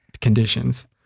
conditions